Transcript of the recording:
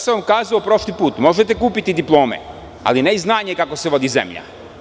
Kazao sam vam prošli put da možete kupiti diplome ali ne i znanje kako se vodi zemlja.